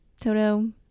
Toto